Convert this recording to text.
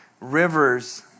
rivers